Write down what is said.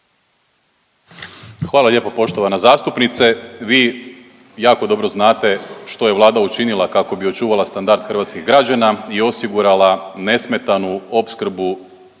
Hvala lijepo poštovana zastupnice, vi jako dobro znate što je Vlada učinila kako bi očuvala standard hrvatskih građana i osigurala nesmetanu opskrbu